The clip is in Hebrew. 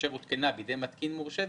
אשר הותקנה בידי מתקין מורשה,